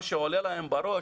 מה שעולה להם בראש,